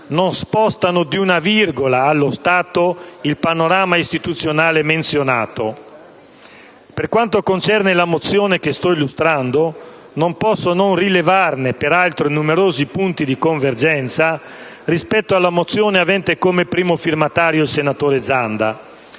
non spostano di una virgola, allo stato, il panorama istituzionale menzionato. Per quanto concerne la mozione che sto illustrando, non posso non rilevarne i numerosi punti di convergenza rispetto alla mozione avente come primo firmatario il senatore Zanda.